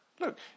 Look